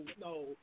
no